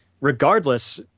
regardless